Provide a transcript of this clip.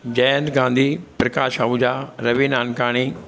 Jayand Gandhi Prakash Ahuja Raveena Ankani